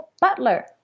butler